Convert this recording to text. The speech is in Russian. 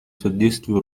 содействию